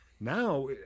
Now